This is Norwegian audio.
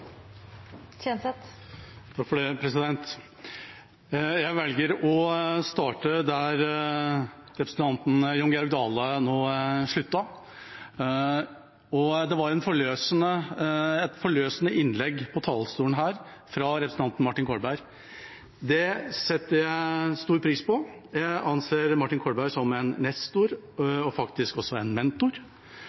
det. Jeg velger å starte der representanten Jon Georg Dale sluttet. Det var et forløsende innlegg på talerstolen her fra representanten Martin Kolberg. Det satte jeg stor pris på. Jeg anser Martin Kolberg som en nestor og faktisk også som en mentor.